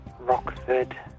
Rockford